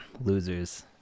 Losers